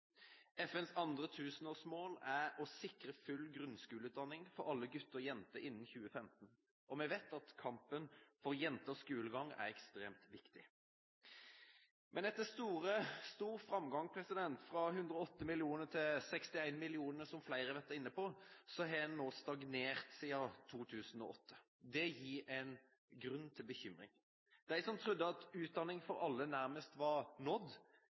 FNs andre tusenårsmål er å sikre full grunnskoleutdanning for alle gutter og jenter innen 2015, og vi vet at kampen for jenters skolegang er ekstremt viktig. Men etter stor framgang fra 108 millioner til 61 millioner, som flere har vært inne på, har man stagnert etter 2008. Det gir grunn til bekymring. De som trodde at utdanning for alle nærmest var nådd,